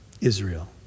Israel